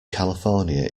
california